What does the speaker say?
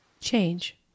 change